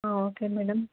okay madam